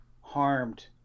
harmed